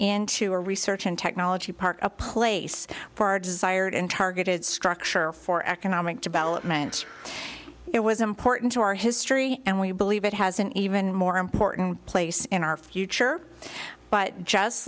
into a research and technology park a place far desired and targeted structure for economic development it was important to our his and we believe it has an even more important place in our future but just